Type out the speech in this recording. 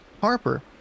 harper